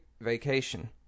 vacation